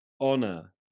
honor